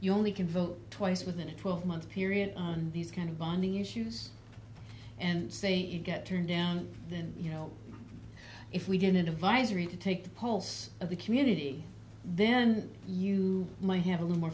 you only can vote twice within a twelve month period on these kind of bonding issues and say you get turned down then you know if we didn't advisory to take the pulse of the community then you might have a lot more